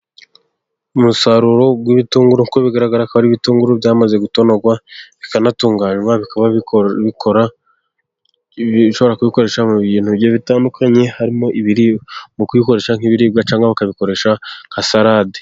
Umusaruro w'ibitunguru, kuko bigaragara ko ari ibitunguru byamaze gutonorwa bikanatunganwa, bikaba bishobora gukoreshwa mu bintu bigiye bitandukanye, harimo ibiribwa cyangwa bakabikoresha nka salade.